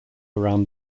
around